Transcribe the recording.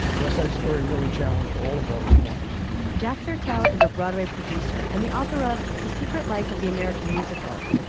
west side story really challenged all of those norms jack fertel is a broadway producer and the author of the secret life of the american musical.